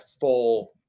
full